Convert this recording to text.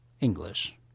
English